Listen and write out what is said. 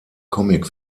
comic